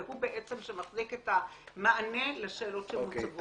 והוא בעצם שמחזיק את המענה לשאלות שניצבות כאן.